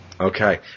Okay